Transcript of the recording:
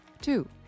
Two